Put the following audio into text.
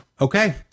okay